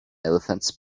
elephants